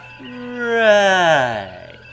Right